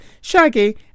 Shaggy